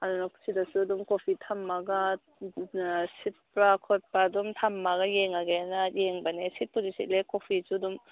ꯑꯗꯨꯅ ꯁꯤꯗꯁꯨ ꯑꯗꯨꯝ ꯀꯣꯐꯤ ꯊꯝꯂꯒ ꯑꯥ ꯁꯤꯠꯄ꯭ꯔꯥ ꯈꯣꯠꯄ꯭ꯔꯥ ꯑꯗꯨꯝ ꯊꯝꯂꯒ ꯌꯦꯡꯂꯒꯦꯅ ꯌꯦꯡꯕꯅꯦ ꯁꯤꯠꯄꯨꯗꯤ ꯁꯤꯠꯂꯦ ꯀꯣꯐꯤꯁꯨ ꯑꯗꯨꯝ